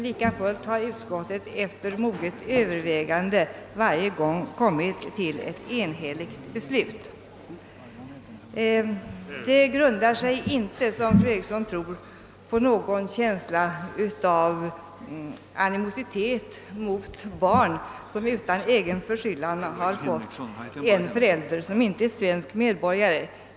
Likafullt har emellertid utskottet efter moget övervägande varje gång kommit till ett enhälligt beslut. Detta grundar sig inte, som fru Erikssom i Stockholm tror, på någon känsla av animositet mot barn, vilka utan egen förskyllan råkat få en förälder som inte är svensk medborgare.